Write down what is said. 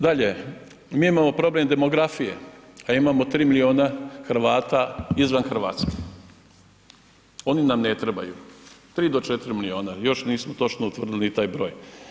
Dalje, mi imamo problem demografije, a imamo 3 miliona Hrvata izvan Hrvatske, oni nam ne trebaju, 3 do 4 miliona još nismo točno utvrdili taj broj.